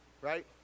right